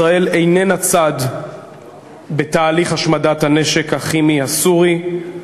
ישראל איננה צד בתהליך השמדת הנשק הכימי הסורי.